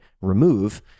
remove